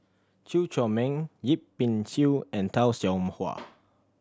Chew Chor Meng Yip Pin Xiu and Tay Seow Huah